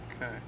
Okay